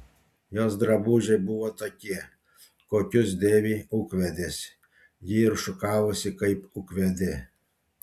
jos drabužiai buvo tokie kokius dėvi ūkvedės ji ir šukavosi kaip ūkvedė